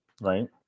right